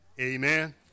amen